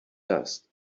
dust